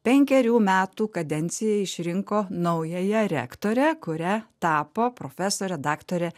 penkerių metų kadencijai išrinko naująją rektorę kuria tapo profesorė daktarė